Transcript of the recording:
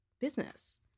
business